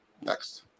next